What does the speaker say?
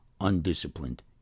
undisciplined